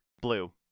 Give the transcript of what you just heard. Blue